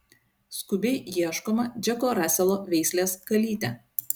skubiai ieškoma džeko raselo veislės kalytė